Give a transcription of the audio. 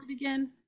again